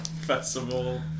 festival